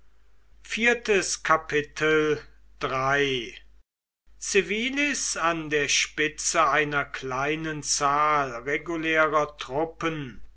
civilis an der spitze einer kleinen zahl regulärer truppen